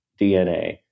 DNA